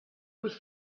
was